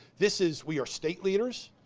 this is, we are state leaders,